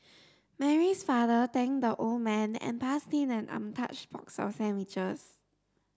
Mary's father thanked the old man and passed him an untouched box of sandwiches